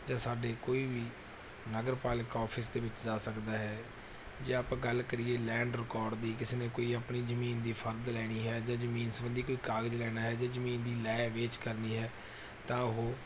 ਜੇ ਸਾਡੇ ਕੋਈ ਵੀ ਨਗਰਪਾਲਿਕਾ ਆਫਿਸ ਦੇ ਵਿੱਚ ਜਾ ਸਕਦਾ ਹੈ ਜੇ ਆਪਾਂ ਗੱਲ ਕਰੀਏ ਲੈਂਡ ਰਿਕਾਰਡ ਦੀ ਕਿਸੇ ਨੇ ਕੋਈ ਆਪਣੀ ਜ਼ਮੀਨ ਦੀ ਫਰਦ ਲੈਣੀ ਹੈ ਜ਼ਮੀਨ ਸਬੰਧੀ ਕੋਈ ਕਾਗਜ਼ ਲੈਣਾ ਹੈ ਜਾਂ ਜ਼ਮੀਨ ਦੀ ਲੈ ਵੇਚ ਕਰਨੀ ਹੈ ਤਾਂ ਉਹ